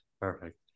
Perfect